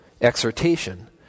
exhortation